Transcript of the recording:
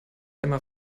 einmal